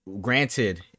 granted